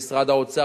עם משרד האוצר,